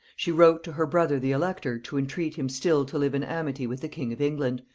she wrote to her brother the elector to entreat him still to live in amity with the king of england,